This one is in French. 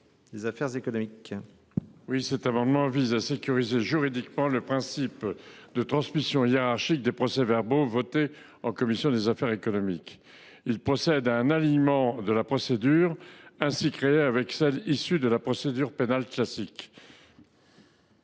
des affaires économiques.